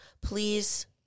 Please